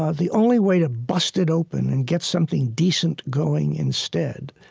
ah the only way to bust it open and get something decent going instead,